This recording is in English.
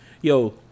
yo